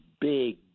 big